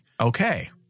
Okay